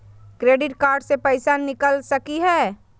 Credit card से पैसा निकल सकी हय?